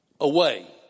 away